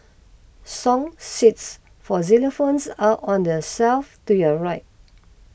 song sheets for xylophones are on the shelf to your right